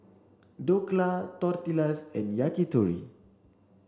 Dhokla Tortillas and Yakitori